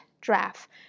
draft